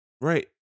Right